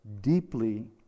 deeply